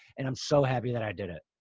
and i'm so happy that i did it.